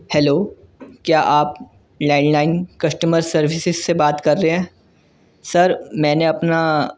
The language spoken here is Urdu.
ہیلو کیا آپ لینڈ لائن کسٹمر سروسز سے بات کر رہے ہیں سر میں نے اپنا